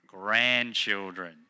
Grandchildren